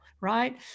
right